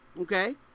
okay